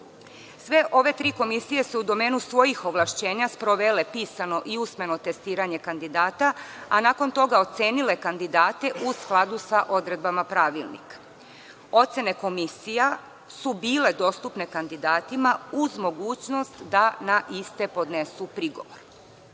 ove tri komisije su u domenu svojih ovlašćenja sprovele pisano i usmeno testiranje kandidata, a nakon toga ocenile kandidate u skladu sa odredbama pravilnika. Ocene komisija su bile dostupne kandidatima uz mogućnost da na iste podnesu prigovor. Pored